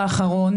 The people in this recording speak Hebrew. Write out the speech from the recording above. שרון,